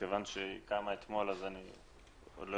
כיוון שהיא רק קמה אתמול אז אני עדיין לא